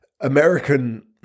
American